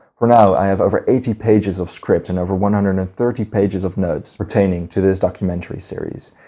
for now, i have over eighty pages of script and over one hundred and thirty pages of notes pertaining to this documentary series.